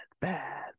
bad